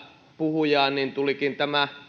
puhujaa niin tulikin